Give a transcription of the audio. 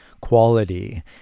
quality